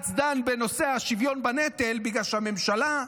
בג"ץ דן בנושא השוויון בנטל בגלל שהממשלות,